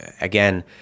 again